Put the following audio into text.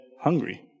hungry